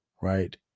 right